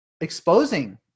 exposing